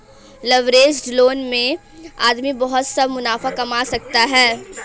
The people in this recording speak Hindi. लवरेज्ड लोन में आदमी बहुत सा मुनाफा कमा सकता है